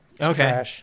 Okay